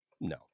no